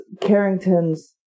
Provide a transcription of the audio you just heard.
Carrington's